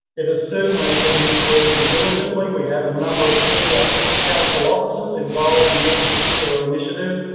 it has certainly been working diligently. we have a number of senior council officers involved in this particular initiative,